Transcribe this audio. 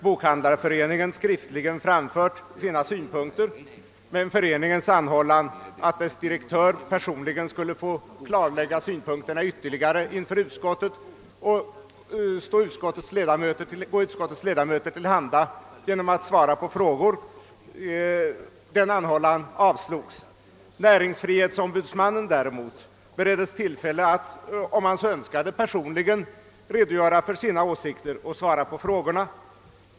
Bokhandlareföreningen hade skriftligen framfört sina synpunkter till utskottet, men föreningen hade också anhållit att dess direktör personligen skulle få klargöra synpunkterna ytterligare inför utskottet och gå dess ledamöter till handa genom att svara på frågor. Denna anhållan avslogs. Näringsfrihetsombudsmannen bereddes däremot tillfälle att, om han så önskade, personligen redogöra för sina åsikter och svara på frågor.